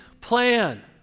plan